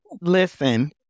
Listen